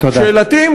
שאלתי,